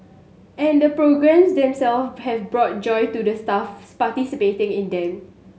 and the programmes themself have brought joy to the staff participating in them